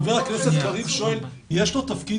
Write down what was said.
יש לו תפקיד